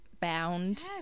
bound